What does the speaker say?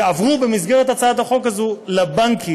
יעברו במסגרת הצעת החוק הזאת לבנקים.